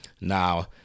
Now